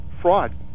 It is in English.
fraud